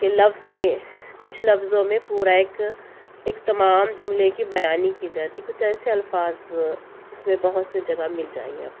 کہ لفظ میں کچھ لفظوں میں پورا ایک ایک تمام جملے کی بیانی کی جاتی کچھ ایسے الفاظ اس میں بہت سے جگہ مل جائیں گے آپ کو